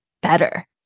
better